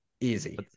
Easy